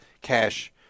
cash –